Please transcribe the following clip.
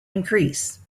increase